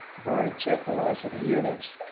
but already checked velocity units.